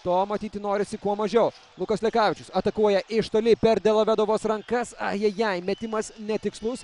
to matyti norisi kuo mažiau lukas lekavičius atakuoja iš toli per delovedovos rankas ajajai metimas netikslus